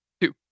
Two